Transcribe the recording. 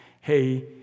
hey